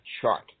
chart